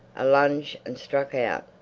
a lunge and struck out,